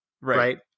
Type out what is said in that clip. right